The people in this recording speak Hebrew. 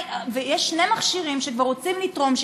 יש שני מכשירים שכבר רוצים לתרום,